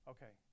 Okay